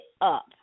up